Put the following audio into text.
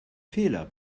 fehler